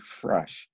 fresh